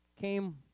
came